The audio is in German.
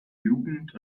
jugend